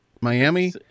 Miami